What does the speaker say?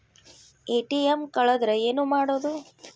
ATM ಕಳದ್ರ ಏನು ಮಾಡೋದು?